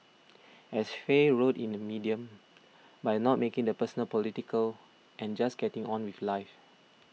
as Faye wrote in Medium by not making the personal political and just getting on with life